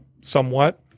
somewhat